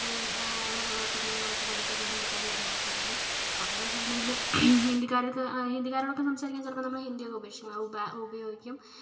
ഇവിടെ നോക്കിയിട്ടുണ്ടെങ്കിൽ നമുക്ക് പണിക്കൊക്കെ ഹിന്ദിക്കാർ കാര്യങ്ങളൊക്കെ ഉള്ളത് അപ്പോഴെന്ന് വെച്ചിട്ടുണ്ടെങ്കിൽ ഹിന്ദിക്കാരുടെ അടുത്ത് ഹിന്ദിക്കാരോടൊക്കെ സംസാരിക്കാൻ ചിലപ്പോൾ നമ്മൾ ഹിന്ദിയാണ് ഉപയോഗിച്ചി ഉപ ഉപയോഗിക്കും